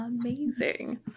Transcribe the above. amazing